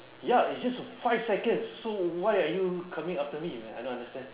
ya it's just for five seconds so why are you coming after me I don't understand